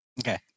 Okay